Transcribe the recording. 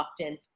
often